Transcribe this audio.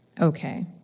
Okay